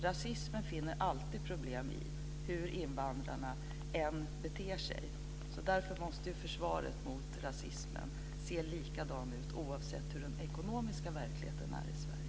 Rasismen finner alltid problem, hur invandrarna än beter sig. Därför måste försvaret mot rasismen se likadant ut oavsett hur den ekonomiska verkligheten är i Sverige.